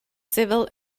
civil